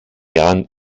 jahren